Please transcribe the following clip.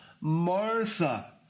Martha